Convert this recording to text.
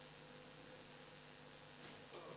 ההצעה להעביר את הנושא